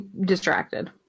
distracted